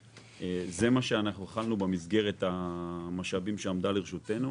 שהכנו במסגרת המשאבים שעמדו לרשותנו.